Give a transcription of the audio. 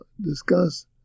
discuss